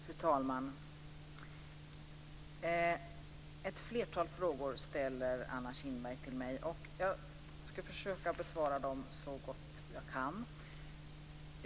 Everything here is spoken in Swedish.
Fru talman! Anna Kinberg ställer ett flertal frågor till mig. Jag ska besvara dem så gott jag kan.